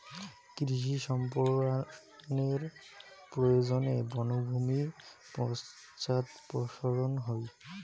কৃষি সম্প্রসারনের প্রয়োজনে বনভূমি পশ্চাদপসরন হই